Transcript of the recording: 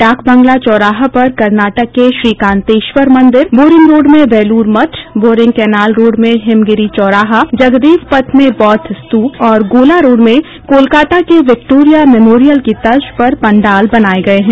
डाकबंगला चौराहा पर कर्नाटक के श्रीकांतेश्वर मंदिर बोरिंग रोड में Belur Math Boring canal road में हिमगिरी चौराहा जगदेव पथ में बौद्ध स्तूप और गोला रोड में कोलकता के विक्टोरिया मेमोरियल की तर्ज पर पंडाल बनाये गये हैं